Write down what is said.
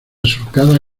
surcada